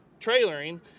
trailering